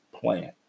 plan